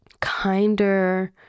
kinder